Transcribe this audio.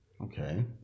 Okay